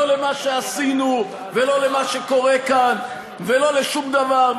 לא למה שעשינו ולא למה שקורה כאן ולא לשום דבר,